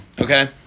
Okay